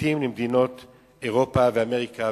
כפליטים למדינות אירופה ולאמריקה.